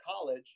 college